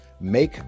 make